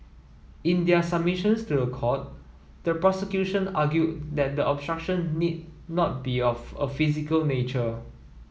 in their submissions to the court the prosecution argued that the obstruction need not be of a physical nature